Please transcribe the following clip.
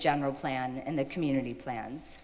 general plan and the community plans